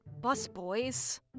busboys